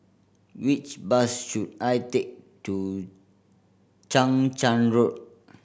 which bus should I take to Chang Charn Road